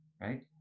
right